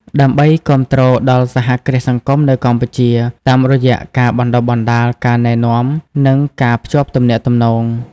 ដើម្បីគាំទ្រដល់សហគ្រាសសង្គមនៅកម្ពុជា តាមរយៈការបណ្តុះបណ្តាល ការណែនាំ និងការភ្ជាប់ទំនាក់ទំនង ។